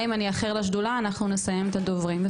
גם אם אני אאחר לשדולה, אנחנו נסיים את הדוברים.